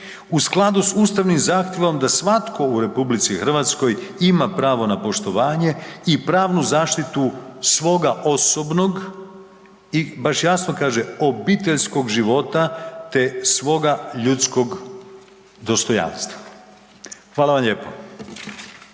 u skladu s ustavnim zahtjevom da svatko u RH ima pravo na poštovanje i pravnu zaštitu svoga osobnog i baš jasno kaže obiteljskog života, te svoga ljudskog dostojanstva. Hvala vam lijepo.